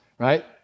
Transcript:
Right